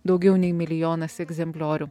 daugiau nei milijonas egzempliorių